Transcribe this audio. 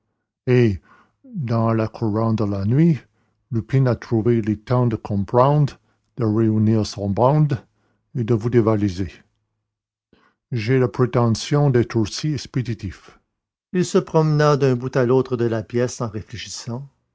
et dans le courant de la nuit lupin a trouvé le temps de comprendre de réunir sa bande et de vous dévaliser j'ai la prétention d'être aussi expéditif il se promena d'un bout à l'autre de la pièce en réfléchissant